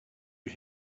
you